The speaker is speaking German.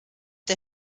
der